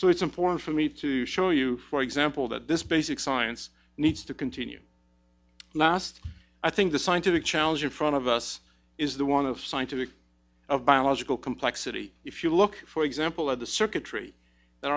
so it's important for me to show you for example that this basic science needs to continue last i think the scientific challenge in front of us is the one of scientific of biological complexity if you look for example at the circuitry that